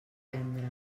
vendre